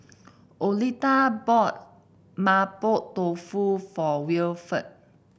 Oleta bought Mapo Tofu for Wilford